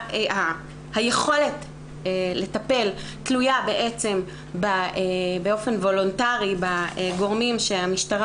היכולת לטפל תלויה באופן וולנטרי בגורמים שהמשטרה